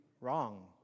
wrong